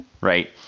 right